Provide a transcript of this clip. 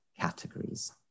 categories